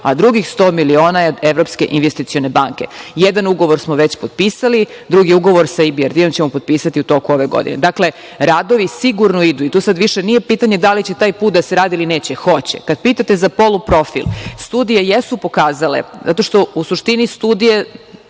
a drugih 100 miliona je od Evropske investicione banke. Jedan ugovor smo već potpisali, drugi ugovor sa IBRD ćemo potpisati u toku ove godine. Dakle, radovi sigurno idu i to sada više nije pitanje da li će taj put da se radi ili neće. Hoće. Kada pitate za poluprofil, studije jesu pokazale, zato što u suštini studije